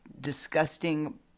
disgusting